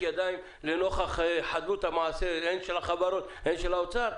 ידיים לנוכח חדלות המעשה של החברות ושל האוצר?